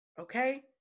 okay